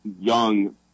young